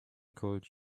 could